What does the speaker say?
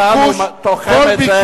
זה לא יעלה, כי החוק שלנו תוחם את זה: